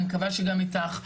אני מקווה שגם איתך,